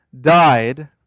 died